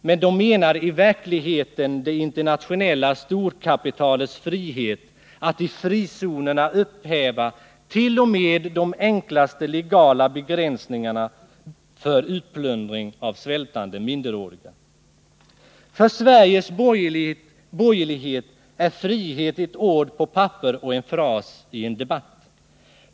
Men de menar i verkligheten det internationella storkapitalets frihet att i frizonerna upphäva t.o.m. de enklaste legala begränsningarna för utplundring av svältande minderåriga. För Sveriges borgerlighet är frihet ett ord på ett papper och en fras i en debatt.